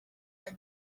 aha